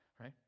right